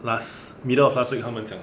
last middle of last week 他们讲的